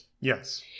Yes